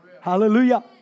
Hallelujah